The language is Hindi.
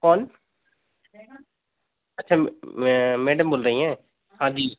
कौन अच्छा मैडम बोल रही हैं हाँ जी